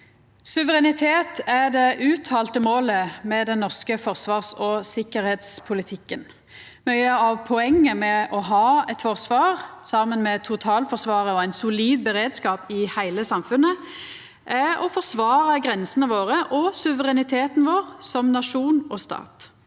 Suverenitet er det uttalte målet med den norske forsvars- og sikkerheitspolitikken. Mykje av poenget med å ha eit forsvar, saman med totalforsvaret og ein solid beredskap i heile samfunnet, er å forsvara grensene våre og suvereniteten vår som nasjon og stat.